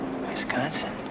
Wisconsin